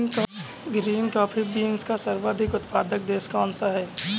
Green coffee beans का सर्वाधिक उत्पादक देश कौन सा है?